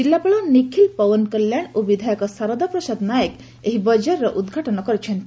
ଜିଲ୍ଲାପାଳ ନିଖୁଲ ପଓନ୍ କଲ୍ୟାଣ ଓ ବିଧାୟକ ସାରଦା ପ୍ରସାଦ ନାୟକ ଏହି ବଜାରର ଉଦ୍ଘାଟନ କରିଛନ୍ତି